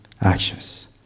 actions